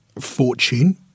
fortune